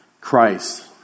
Christ